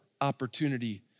opportunity